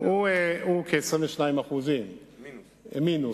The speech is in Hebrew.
הוא כ-22% פחות,